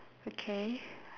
okay